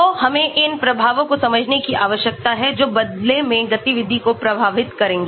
तो हमें इन प्रभावों को समझने की आवश्यकता है जो बदले में गतिविधि को प्रभावित करेंगे